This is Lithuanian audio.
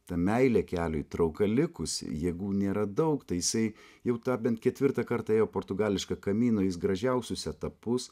ta meilė keliui trauka likusi jėgų nėra daug tai jisai jau tą bent ketvirtą kartą ėjo portugališką kamino jis gražiausius etapus